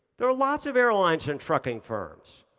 there are lots of airlines and trucking firms.